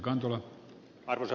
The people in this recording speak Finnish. arvoisa puhemies